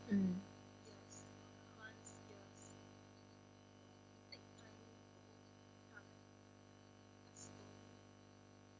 mm